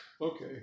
okay